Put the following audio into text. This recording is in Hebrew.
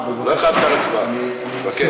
לא הכרזת על הצבעה, אני מבקש.